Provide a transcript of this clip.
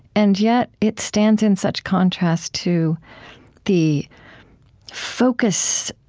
and yet, it stands in such contrast to the focus,